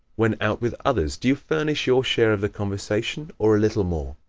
when out with others do you furnish your share of the conversation or a little more?